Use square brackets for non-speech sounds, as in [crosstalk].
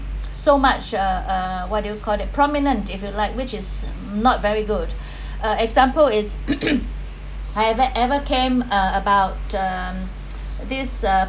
so much uh uh what do you call that prominent if you like which is not very good uh example is [noise] I haven't ever came about um this